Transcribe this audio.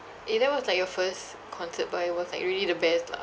eh that was like your first concert but it was like really the best lah